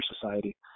Society